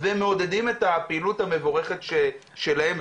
ומעודדים את הפעילות המבורכת שלהם.